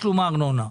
בתשלום הארנונה.